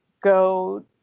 go